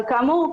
אבל כאמור,